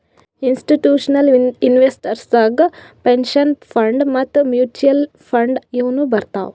institutional investors ದಾಗ್ pension funds ಮತ್ತ್ mutual funds ಇವ್ನು ಬರ್ತವ್